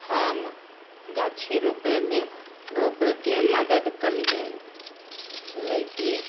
हम गाछी रोपे मे रोपे के मदद कयलियै भेले की